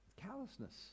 callousness